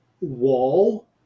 wall